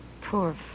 Poor